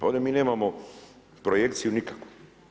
Ovdje mi nemamo projekciju nikakvu.